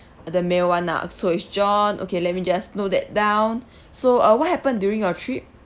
uh the male one lah okay so it's john okay let me just note that down so uh what happened during your trip